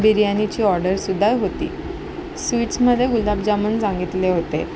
बिर्याणीची ऑर्डरसुद्धा होती स्वीट्समध्ये गुलाबजामून सांगितले होते